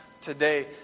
today